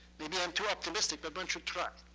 maybe i'm too optimistic, but one should try.